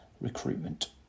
recruitment